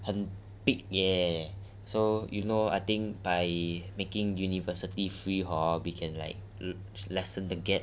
很 big ya so you know I think by making university free hor we can like lessen the income gap